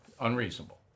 Unreasonable